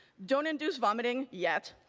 don't induce vomiting yet.